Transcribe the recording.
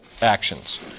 actions